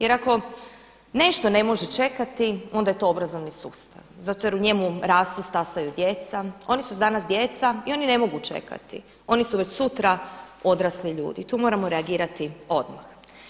Jer ako nešto ne može čekati onda je to obrazovni sustav zato jer u njemu rastu, stasaju djeca, oni su danas djeca i oni ne mogu čekati, oni su već sutra odrasli ljudi i tu moramo reagirati odmah.